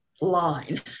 line